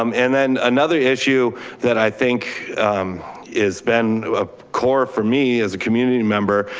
um and then another issue that i think is been a core for me, as a community member.